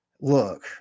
look